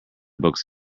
books